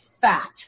fat